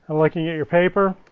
looking at your paper.